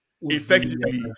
effectively